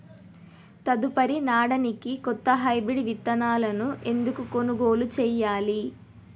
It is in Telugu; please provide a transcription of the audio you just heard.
తదుపరి నాడనికి కొత్త హైబ్రిడ్ విత్తనాలను ఎందుకు కొనుగోలు చెయ్యాలి?